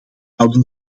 zouden